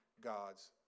God's